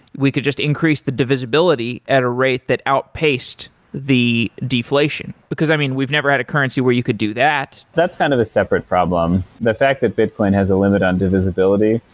we could just increase the divisibility at a rate that outpaced the deflation? because i mean, we've never had a currency where you could do that that's kind of the separate problem. the fact that bitcoin has limit on divisibility,